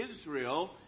Israel